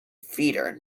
feeder